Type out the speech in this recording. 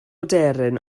aderyn